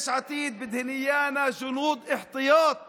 ביש עתיד רוצים אותנו כחיילי מילואים